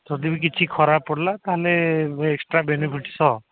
ଯଦି ବି କିଛି ଖରାପ ପଡ଼ିଲା ତା'ହେଲେ ଏକ୍ସଟ୍ରା ବେନିଫିଟ୍ ସହ